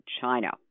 China